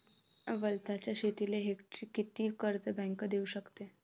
वलताच्या शेतीले हेक्टरी किती कर्ज बँक देऊ शकते?